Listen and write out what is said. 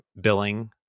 billing